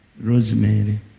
Rosemary